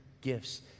gifts